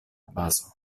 bazo